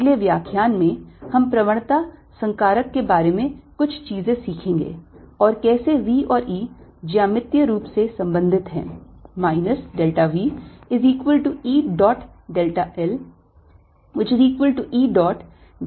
अगले व्याख्यान में हम प्रवणता संकारक के बारे में कुछ चीजें सीखेंगे और कैसे v और E ज्यामितीय रूप से संबंधित हैं